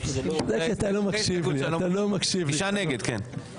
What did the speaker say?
הצבעה בעד 5 נגד 9 נמנעים אין לא אושר.